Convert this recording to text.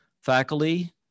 faculty